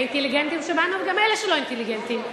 האינטליגנטים שבנו, וגם אלה שלא אינטליגנטים.